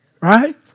Right